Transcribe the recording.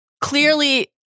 clearly